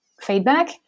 feedback